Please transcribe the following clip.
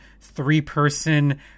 three-person